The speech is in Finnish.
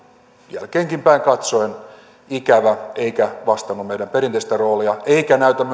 jälkeenkinpäin katsoen ikävä eikä vastannut meidän perinteistä roolia eikä näytä